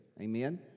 amen